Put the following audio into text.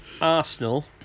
Arsenal